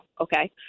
okay